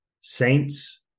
saints